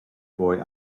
boy